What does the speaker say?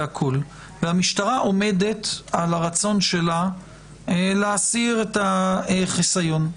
המשטרה עומדת על הרצון שלה להסיר את החיסיון.